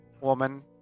Woman